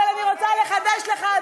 אבל אני רוצה לחדש לך,